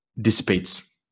dissipates